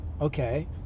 Okay